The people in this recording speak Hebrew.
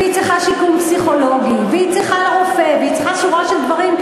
והיא צריכה שיקום פסיכולוגי והיא צריכה רופא והיא צריכה שורה של דברים,